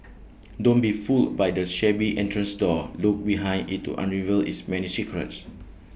don't be fooled by the shabby entrance door look behind IT to unravel its many secrets